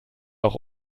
auch